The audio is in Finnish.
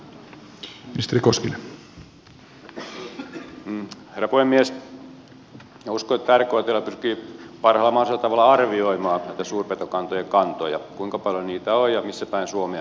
uskon että rktl pyrkii parhaalla mahdollisella tavalla arvioimaan näitä suurpetokantojen kantoja kuinka paljon niitä on ja missä päin suomea ne ovat